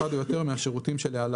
אחד או יותר מהשירותים שלהלן: